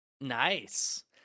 Nice